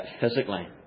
physically